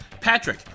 patrick